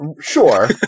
Sure